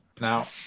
Now